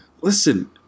Listen